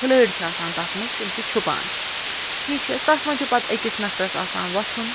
کھلٲڑۍ چھِ آسان تتھ منٛز تِم چھِ چھُپان ٹھیٖکھ چھِ حظ تتھ منٛز چھُ پتہٕ أکِس نفرس آسان وۄتھُن